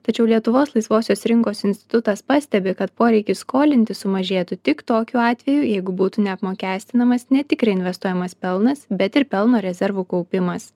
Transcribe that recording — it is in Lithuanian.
tačiau lietuvos laisvosios rinkos institutas pastebi kad poreikis skolintis sumažėtų tik tokiu atveju jeigu būtų neapmokestinamas ne tik reinvestuojamas pelnas bet ir pelno rezervų kaupimas